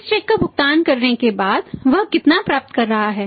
इस चेक का भुगतान करने के बाद वह कितना प्राप्त कर रहा है